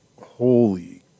holy